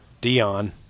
dion